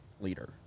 leader